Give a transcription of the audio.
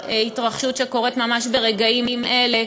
גם ההתרחשות שקורית ממש ברגעים אלה,